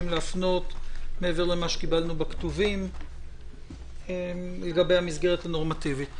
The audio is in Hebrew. להפנות מעבר למה שקיבלנו בכתובים לגבי המסגרת הנורמטיבית?